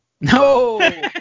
No